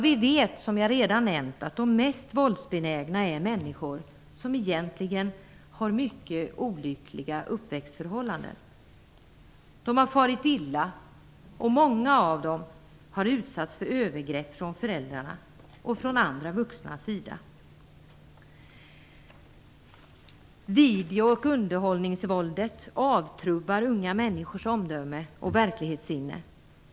Vi vet, som jag redan nämnt, att de mest våldsbenägna är människor som egentligen har mycket olyckliga uppväxtförhållanden. De har farit illa, och många av dem har utsatts för övergrepp av föräldrarna och av andra vuxna. Video och underhållningsvåldet avtrubbar unga människors omdöme och verklighetssinne.